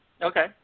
Okay